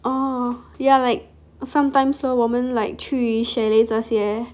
oh yeah like sometimes so 我们 like 去 chalet 这些